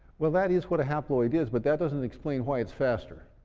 well that is what a haploid is, but that doesn't explain why it's faster.